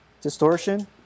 Distortion